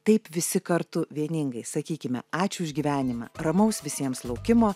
taip visi kartu vieningai sakykime ačiū už gyvenimą ramaus visiems laukimo